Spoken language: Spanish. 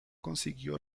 consiguió